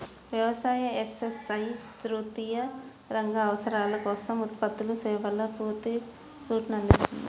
వ్యవసాయ, ఎస్.ఎస్.ఐ తృతీయ రంగ అవసరాల కోసం ఉత్పత్తులు, సేవల పూర్తి సూట్ను అందిస్తుంది